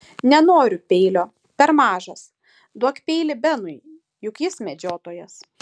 nenoriu peilio per mažas duok peilį benui juk jis medžiotojas